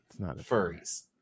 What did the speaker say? furries